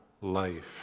life